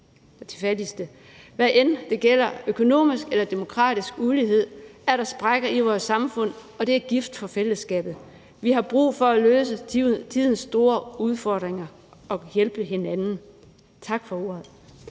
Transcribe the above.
de fattigste. Hvad enten det gælder økonomisk eller demokratisk ulighed, er der sprækker i vores samfund, og det er gift for fællesskabet. Vi har brug for at løse tidens store udfordringer og hjælpe hinanden. Tak for ordet.